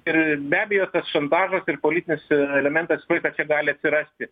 ir be abejo tas šantažas ir politinis elementas tuoj dar čia gali atsirasti